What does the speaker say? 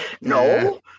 No